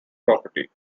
property